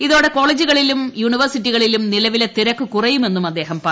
ഇതോടെ കോളേജുകളിലും യൂണിവേഴ്സിറ്റികളിലും നില വിലെ തിരക്ക് കുറയുമെന്നും അദ്ദേഹം പറഞ്ഞു